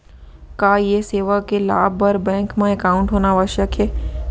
का ये सेवा के लाभ बर बैंक मा एकाउंट होना आवश्यक हे